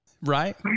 right